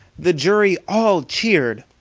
the jury all cheered,